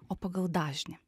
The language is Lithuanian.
o pagal dažnį